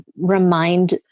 remind